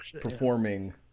performing